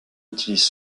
utilise